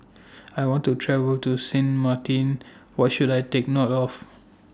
I want to travel to Sint Maarten What should I Take note of